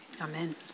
Amen